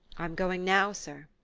i'm going now, sir.